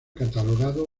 catalogado